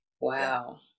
Wow